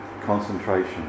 concentration